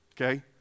Okay